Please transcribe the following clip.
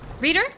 Reader